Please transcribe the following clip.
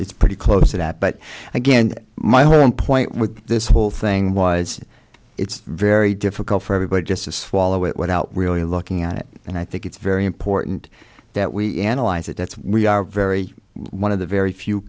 it's pretty close to that but again my one point with this whole thing was it's very difficult for everybody just to swallow it without really looking at it and i think it's very important that we analyze it that's why we are very one of the very few